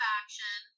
action